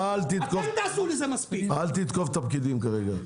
אל תתקוף את הפקידים כרגע.